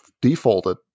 defaulted